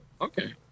okay